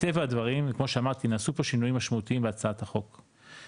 מטבע הדברים וכמו שאמרתי נעשו פה שינויים משמעותיים בהצעת החוק,